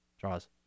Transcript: Draws